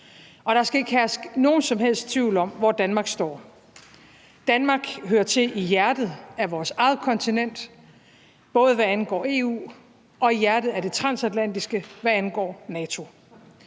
og der skal ikke herske nogen som helst tvivl om, hvor Danmark står. Danmark hører til i hjertet af vores eget kontinent, hvad angår EU, og i hjertet af det transatlantiske, hvad angår NATO.